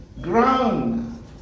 ground